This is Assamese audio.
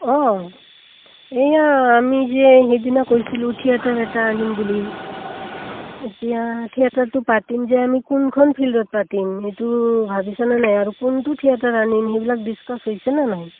অঁ এয়া আমি যে সেইদিনা কৈছিলোঁ থিয়েটাৰ এটা আনিম বুলি এতিয়া থিয়েটাৰটো পাতিম যে আমি কোনখন ফিল্ডত পাতিম সেইটো ভাবিছানে নাই আৰু কোনটো থিয়েটাৰ আনিম সেইবিলাক ডিছকাছ হৈছেনে নাই